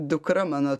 dukra mano